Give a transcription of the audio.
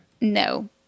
No